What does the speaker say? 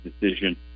decision